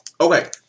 Okay